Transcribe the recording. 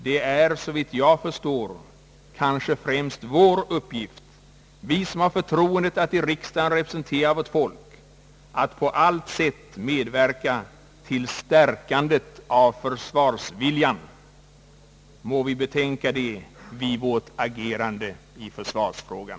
Det är såvitt jag förstår kanske främst vår uppgift, vi som har förtroendet att i riksdagen representera svenska folket, att på allt sätt medverka till stärkandet av försvarsviljan. Må vi betänka detta vid vårt agerande i försvarsfrågan!